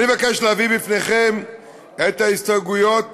אני מבקש להביא בפניכם את ההסתייגויות